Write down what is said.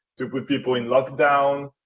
to put people in lockdown,